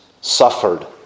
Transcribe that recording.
suffered